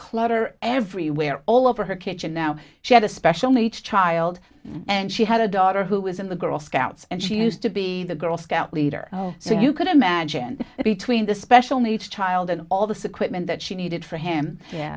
clutter everywhere all over her kitchen now she had a special needs child and she had a daughter who was in the girl scouts and she used to be the girl scout leader so you could imagine between the special needs child and all the sick when that she needed for him